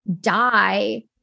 die